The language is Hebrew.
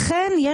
לכן,